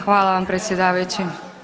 Hvala vam predsjedavajući.